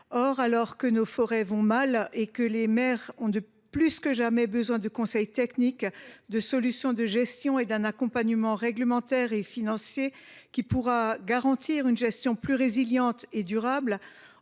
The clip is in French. Alors que nos forêts vont mal et que les maires ont plus que jamais besoin de conseils techniques, de solutions de gestion et d’un accompagnement réglementaire et financier garantissant une gestion plus résiliente et durable,